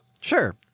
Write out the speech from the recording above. Sure